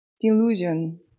Delusion